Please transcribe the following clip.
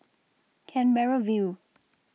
Canberra View